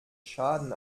schaden